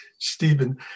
Stephen